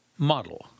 Model